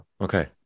Okay